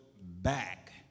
back